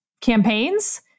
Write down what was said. campaigns